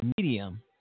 medium